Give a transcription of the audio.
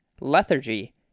lethargy